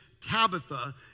Tabitha